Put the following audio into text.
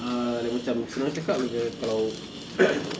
ah like macam senang cakap bila kalau